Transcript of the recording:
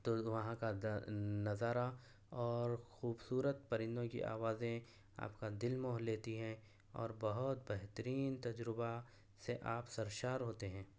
تو وہاں کا نظارہ اور خوبصورت پرندوں کی آوازیں آپ کا دل موہ لیتی ہیں اور بہت بہترین تجربہ سے آپ سرشار ہوتے ہیں